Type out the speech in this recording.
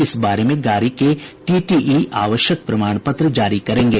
इस बारे में गाड़ी के टीटीई आवश्यक प्रमाण पत्र जारी करेंगे